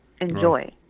Enjoy